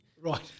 Right